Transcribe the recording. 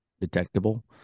detectable